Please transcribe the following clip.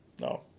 no